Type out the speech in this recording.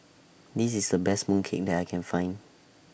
This IS The Best Mooncake that I Can Find